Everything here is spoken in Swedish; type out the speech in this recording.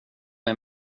mig